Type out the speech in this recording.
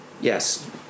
yes